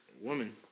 woman